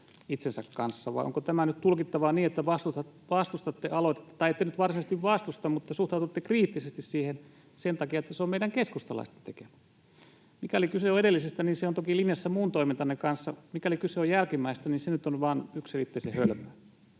itsensä kanssa, vai niin, että te vastustatte aloitetta… Tai ette nyt varsinaisesti vastusta, mutta suhtaudutte kriittisesti siihen sen takia, että se on meidän keskustalaisten tekemä. Mikäli kyse on edellisestä, niin se on toki linjassa muun toimintanne kanssa. Mikäli kyse on jälkimmäisestä, niin se nyt on vain yksiselitteisen hölmöä.